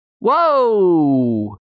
Whoa